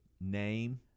name